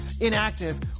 inactive